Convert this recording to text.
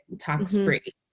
tox-free